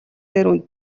дээр